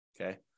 Okay